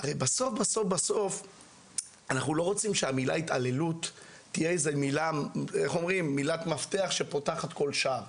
הרי בסוף אנחנו לא רוצים שהמילה התעללות תהיה מילת מפתח שפותחת כל שער.